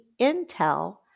Intel